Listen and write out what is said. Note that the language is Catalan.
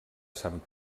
sant